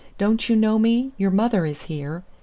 don't you know me? your mother is here!